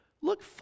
look